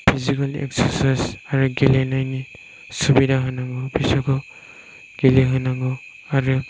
physical exercise आरो गेलेनायनि सुबिदा होनांगौ बिसोरखौ गेलेहोनांगौ आरो